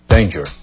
Danger